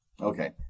Okay